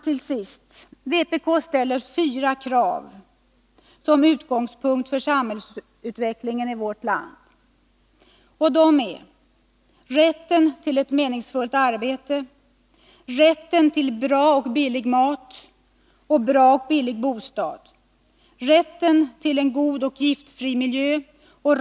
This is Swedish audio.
Till sist, herr talman! Vpk ställer fyra krav såsom utgångspunkt för samhällsutvecklingen i vårt land. Dessa är: 2. Rätt till bra och billig mat samt en bra och billig bostad. 3. Rätt till en god och giftfri miljö.